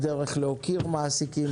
הדרך להוקיר מעסיקים